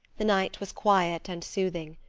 the night was quiet and soothing.